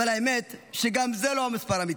אבל האמת היא שגם זה לא המספר האמיתי,